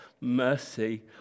mercy